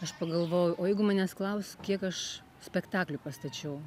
aš pagalvojau o jeigu manęs klaus kiek aš spektaklių pastačiau